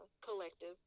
collective